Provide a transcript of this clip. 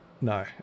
No